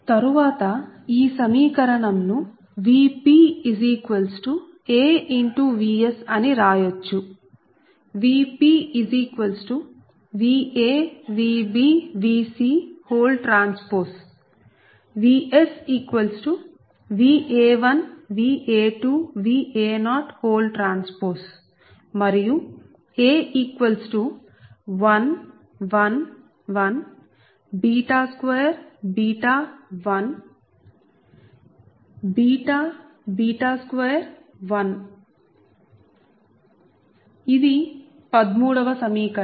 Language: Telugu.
తరువాత ఈ సమీకరణం ను VpAVs అని రాయచ్చు VpVa Vb VcT VsVa1 Va2 Va0 T మరియు A1 1 1 2 1 2 1 ఇది 13 వ సమీకరణం